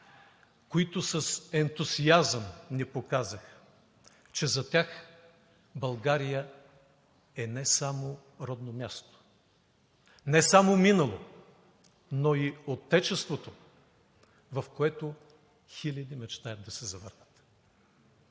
които с ентусиазъм ни показаха, че за тях България е не само родно място, не само минало, но и Отечеството, в което хиляди мечтаят да се завърнат.